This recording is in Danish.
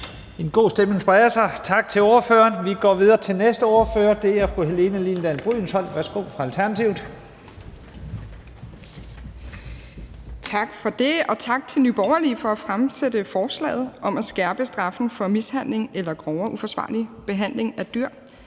En god stemning spreder sig. Tak til ordføreren. Vi går videre til den næste ordfører, og det er fru Helene Liliendahl Brydensholt fra Alternativet. Værsgo. Kl. 12:17 Helene Liliendahl Brydensholt (ALT): Tak for det, og tak til Nye Borgerlige for at fremsætte forslaget om at skærpe straffen for mishandling eller grovere uforsvarlig behandling af dyr.